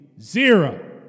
zero